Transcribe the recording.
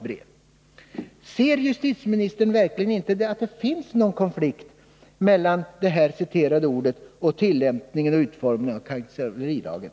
Ser verkligen inte justitieministern att det finns en konflikt mellan de här citerade orden och utformningen och tillämpningen av kvacksalverilagen?